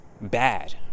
bad